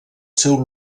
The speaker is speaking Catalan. seu